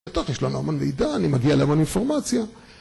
יש לנו המון מידע, אני מגיע להמון אינפורמציה